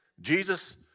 Jesus